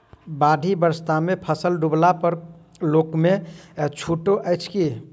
बाढ़ि बरसातमे फसल डुबला पर लोनमे छुटो अछि की